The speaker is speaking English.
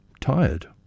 tired